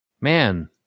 Man